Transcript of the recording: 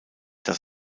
dass